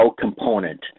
component